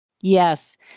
Yes